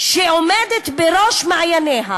שעומדת בראש מעייניה.